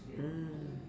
mm